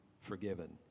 forgiven